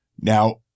Now